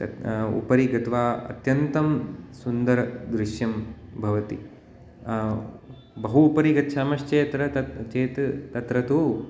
उपरि गत्वा अत्यन्तं सुन्दरं दृष्यं भवति बहु उपरि गच्छामश्चेत्र तत्र चेत् तत्र तु